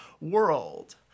world